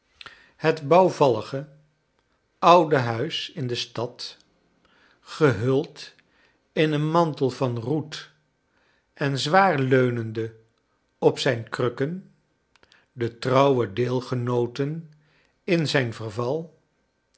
het bouwvallige oude huis in de stad gehuld in een mantel van roet en zwaar leunende op zijn krukken j de trouwe deelgenooten in zijn verval